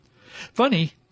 Funny